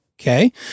Okay